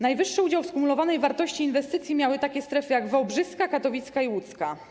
Najwyższy udział w skumulowanej wartości inwestycji miały takie strefy jak wałbrzyska, katowicka i łódzka.